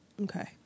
Okay